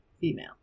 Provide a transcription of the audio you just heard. female